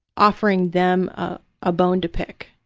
offering them a ah bone to pick.